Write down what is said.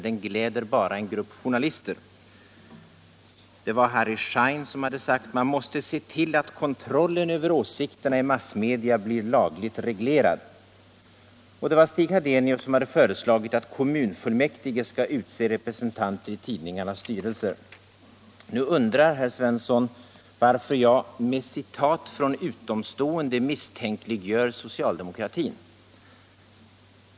Den gläder bara en grupp journalister.” Det var Harry Schein, som hade sagt: ”Man måste se till att kontrollen över åsikterna i massmedia blir lagligt reglerad.” Och det var Stig Hadenius som hade föreslagit att kommunfullmäktige skall utse representanter i tidningarnas styrelser. Nu undrar herr Svensson varför jag med citat från utomstående misstänkliggör socialdemokratin.